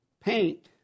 paint